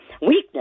weakness